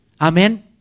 Amen